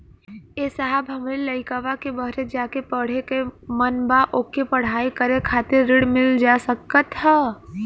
ए साहब हमरे लईकवा के बहरे जाके पढ़े क मन बा ओके पढ़ाई करे खातिर ऋण मिल जा सकत ह?